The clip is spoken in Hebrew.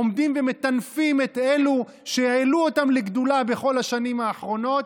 עומדים ומטנפים את אלו שהעלו אותם לגדולה בכל השנים האחרונות,